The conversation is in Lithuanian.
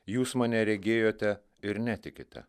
jūs mane regėjote ir netikite